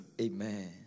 Amen